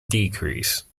decrease